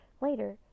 Later